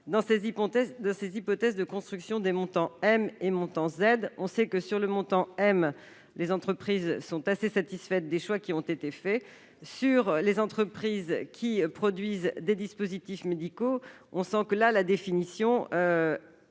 dans ces hypothèses de construction des montants M et Z. On sait que, sur le montant M, les entreprises sont assez satisfaites des choix qui ont été faits. Pour celles qui produisent des dispositifs médicaux, la définition varie